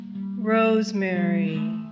Rosemary